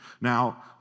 Now